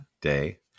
Day